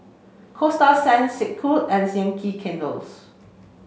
Coasta Sands Snek Ku and Yankee Candles